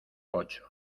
ocho